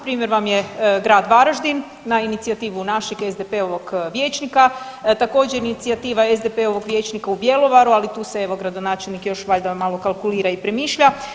Primjer vam je grad Varaždin, na inicijativu našeg SDP-ovog vijećnika, također inicijativa SDP-ovog vijećnika u Bjelovaru, ali tu se evo gradonačelnik još valjda malo kalkulira i premišlja.